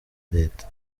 leta